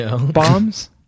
bombs